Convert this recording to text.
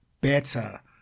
better